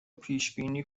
پیشبینی